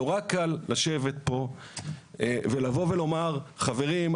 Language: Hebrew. נורא קל לשבת פה ולבוא ולומר 'חברים,